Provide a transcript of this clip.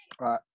right